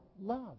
love